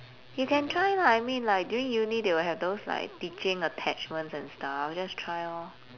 you can try lah I mean like during uni they will have those like teaching attachments and stuff just try lor